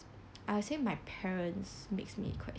I would say my parents makes me quite